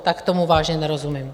Tak tomu vážně nerozumím.